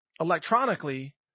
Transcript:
electronically